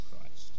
Christ